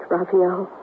Raphael